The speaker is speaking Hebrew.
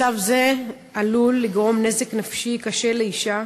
מצב זה עלול לגרום נזק נפשי קשה לאישה,